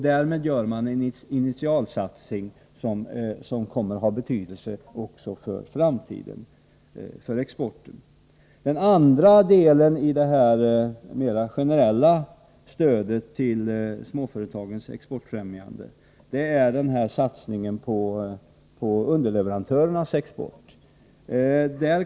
Därmed gör man en initialsatsning som kommer att ha betydelse för exporten också i framtiden. Den andra delen i detta mera generella exportfrämjande stöd till småföretagen är satsningen på underleverantörernas export.